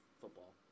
football